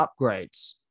upgrades